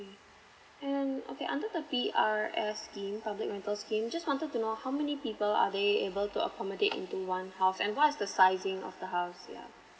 mm okay under the p r s scheme public rental scheme just wanted to know how many people are they able to accommodate into one house and what's the sizing of the house yeah